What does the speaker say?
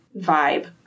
vibe